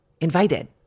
invited